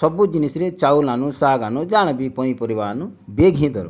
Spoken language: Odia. ସବୁ ଜିନିଷ୍ରେ ଚାଉଲ୍ ଆନୁ ଶାଗ୍ ଆନୁ ଯାଣ ବି ପନିପରିବା ଆନୁ ବେଗ୍ ହିଁ ଦରକାର୍ ଆମ୍କୁ